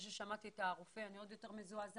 המתווה מצוין, אבל אנחנו צריכים עוד יותר טוב.